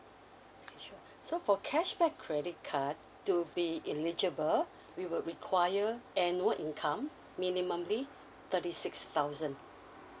okay sure so for cashback credit card to be eligible we will require annual income minimumly thirty six thousand